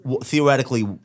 Theoretically